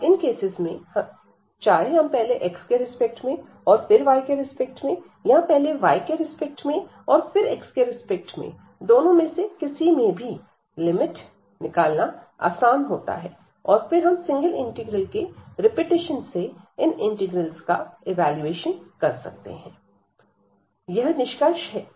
तब इन केसेस में चाहे हम पहले x के रिस्पेक्ट में और फिर y के रिस्पेक्ट में या पहले y के रिस्पेक्ट में और फिर x के रिस्पेक्ट में दोनों में से किसी में भी लिमिट निकालना आसान होता है और फिर हम सिंगल इंटीग्रल के रिपीटेशन से इन इंटीग्रल्स का इवैल्यूएशन कर सकते हैं